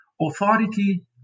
authority